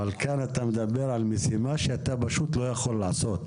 אבל שם אתה מדבר על משימה שאתה פשוט לא יכול לעשות,